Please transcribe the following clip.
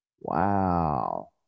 Wow